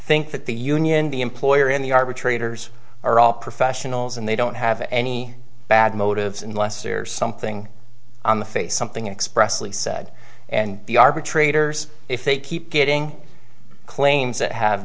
think that the union the employer and the arbitrators are all professionals and they don't have any bad motives unless there's something on the face something expressly said and the arbitrators if they keep getting claims that have